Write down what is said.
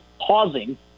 pausing